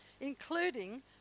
including